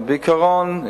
בעיקרון,